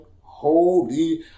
holy